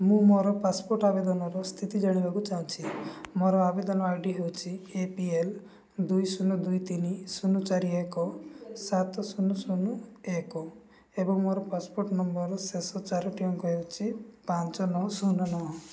ମୁଁ ମୋର ପାସପୋର୍ଟ ଆବେଦନର ସ୍ଥିତି ଜାଣିବାକୁ ଚାହୁଁଛି ମୋର ଆବେଦନ ଆଇ ଡ଼ି ହେଉଛି ଏ ପି ଏଲ୍ ଦୁଇ ଶୂନ ଦୁଇ ତିନି ଶୂନ ଚାରି ଏକ ସାତ ଶୂନ ଶୂନ ଏକ ଏବଂ ମୋର ପାସପୋର୍ଟ ନମ୍ବରର ଶେଷ ଚାରୋଟି ଅଙ୍କ ହେଉଛି ପାଞ୍ଚ ନଅ ଶୂନ ନଅ